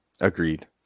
Agreed